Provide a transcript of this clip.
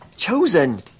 chosen